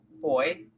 boy